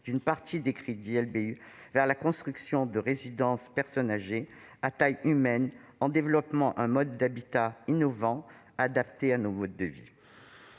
d'une partie des crédits LBU vers la construction de résidences pour personnes âgées à taille humaine, en développant un mode d'habitat innovant adapté à nos modes de vie